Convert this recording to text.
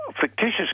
fictitious